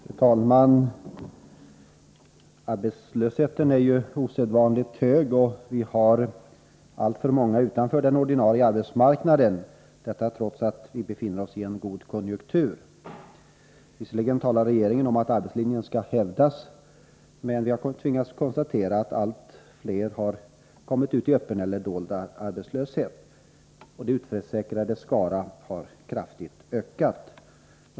Fru talman! Arbetslösheten är ju osedvanligt hög, och alltför många står utanför den ordinarie arbetsmarknaden, trots att vi befinner oss i en högkonjunktur. Visserligen talar regeringen om att arbetslinjen skall hävdas, men vi har tvingats konstatera att allt fler har kommit ut i öppen eller dold arbetslöshet. De utförsäkrades skara har kraftigt ökat.